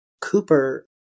Cooper